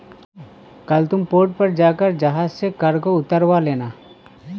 कल तुम पोर्ट पर जाकर जहाज से कार्गो उतरवा लेना